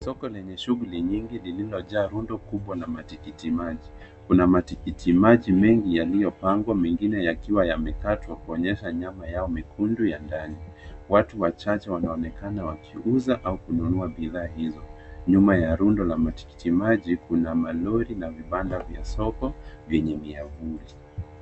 Soko lenye shughuli nyingi lililojaa rundo kubwa na matikiti maji. Kuna matikiti maji mengi yaliyopangwa mengine yakiwa yamekatwa kuonyesha nyama yao mekundu ya ndani. Watu wachache wanaonekana wakiuza au kununua bidhaa hizo. Nyuma ya rundo la matikiti maji kuna malori na vibanda vya soko vyenye miavuli.